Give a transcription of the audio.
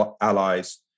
allies